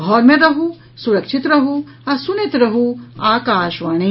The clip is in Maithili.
घर मे रहू सुरक्षित रहू आ सुनैत रहू आकाशवाणी